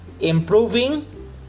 Improving